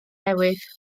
newydd